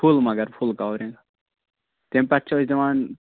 full مگر full covering تَمہِ پتہٕ چھِ أسۍ دِوان